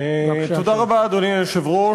אדוני היושב-ראש,